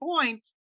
points